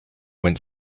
went